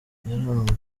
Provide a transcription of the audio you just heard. yaranzwe